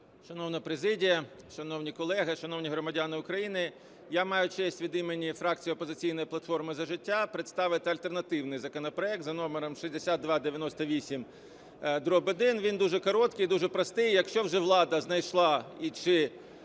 Шановна президія, шановні колеги, шановні громадяни України! Я маю честь від імені фракції "Опозиційної платформи – За життя" представити альтернативний законопроект за номером 6298-1. Він дуже короткий, дуже простий. Якщо вже влада знайшла і...